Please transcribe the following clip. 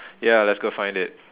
ya let's go find it